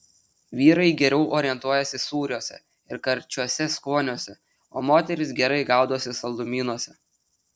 vyrai geriau orientuojasi sūriuose ir karčiuose skoniuose o moterys gerai gaudosi saldumynuose